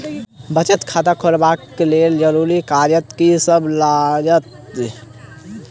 बचत खाता खोलाबै कऽ लेल जरूरी कागजात की सब लगतइ?